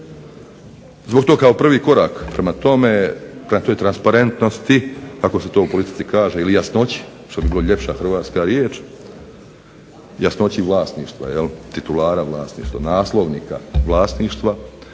Zbog tog kao prvi korak prema tome, prema toj transparentnosti kako se to u politici kaže ili jasnoći što bi bila ljepša hrvatska riječ jasnoći vlasništva jel', titulara vlasništva, naslovnika vlasništva